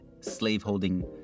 slaveholding